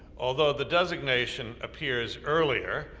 although the designation appears earlier,